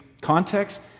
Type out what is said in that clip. context